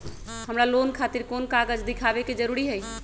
हमरा लोन खतिर कोन कागज दिखावे के जरूरी हई?